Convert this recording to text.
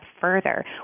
further